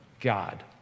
God